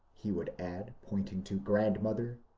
he would add, point ing to grandmother,